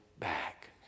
back